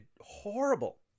horrible